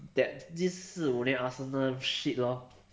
that this 四五年 arsenal shit lor